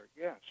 Yes